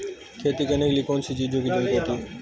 खेती करने के लिए कौनसी चीज़ों की ज़रूरत होती हैं?